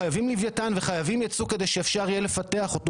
חייבים לוויתן וחייבים יצוא כדי שאפשר יהיה לפתח אותו.